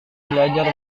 belajar